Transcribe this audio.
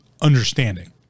understanding